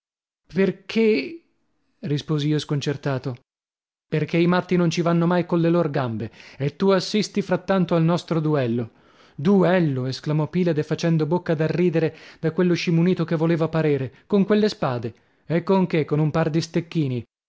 perchè risposi io sconcertato perchè i matti non ci vanno mai colle lor gambe e tu assisti frattanto al nostro duello duello esclamò pilade facendo bocca da ridere da quello scimunito che voleva parere con quelle spade e con che con un par di stecchini